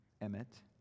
emmet